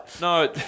No